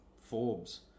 Forbes